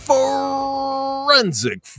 Forensic